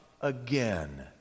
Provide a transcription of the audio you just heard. again